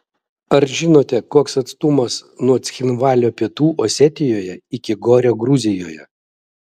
ar žinote koks atstumas nuo cchinvalio pietų osetijoje iki gorio gruzijoje